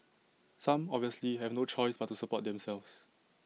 some obviously have no choice but to support themselves